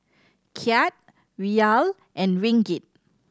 Kyat Riyal and Ringgit